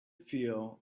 feel